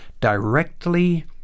directly